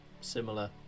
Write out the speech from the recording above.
similar